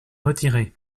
retirer